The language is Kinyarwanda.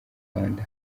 rwanda